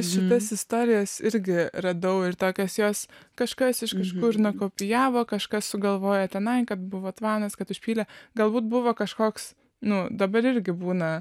šitas istorijas irgi radau ir tokias jos kažkas iš kažkur nukopijavo kažkas sugalvojo tenai buvo tvanas kad užpylė galbūt buvo kažkoks nu dabar irgi būna